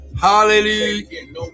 Hallelujah